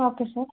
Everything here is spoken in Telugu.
okay sir